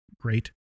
great